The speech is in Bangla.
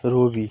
রবি